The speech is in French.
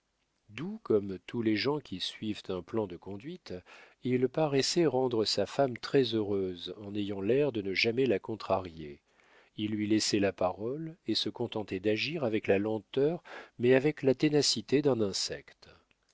doux comme tous les gens qui suivent un plan de conduite il paraissait rendre sa femme très-heureuse en ayant l'air de ne jamais la contrarier il lui laissait la parole et se contentait d'agir avec la lenteur mais avec la ténacité d'un insecte